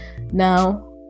now